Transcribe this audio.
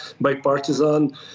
bipartisan